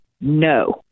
No